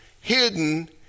hidden